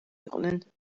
იყვნენ